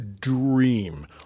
dream